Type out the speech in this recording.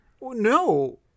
No